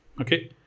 Okay